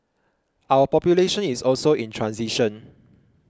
our population is also in transition